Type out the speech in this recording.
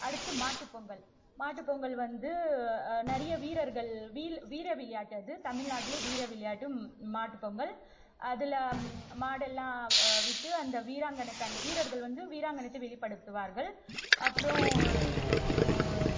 அடுத்து மாட்டுப் பொங்கல் மாட்டுப் பொங்கல் வந்து நிறைய வீரர்கள் வீல் வீரவிளையாட்டு அது தமிழ்நாட்டிலே வீர விளையாட்டு மாட்டுப்பொங்கல் அதில் மாடெல்லாம் விட்டு அந்த வீராங்கனை அந்த வீரர்கள் வந்து வீராங்கனைட்டு வெளிப்படுத்துவார்கள் அப்புறம்